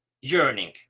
yearning